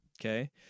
okay